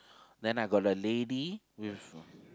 then I got a lady with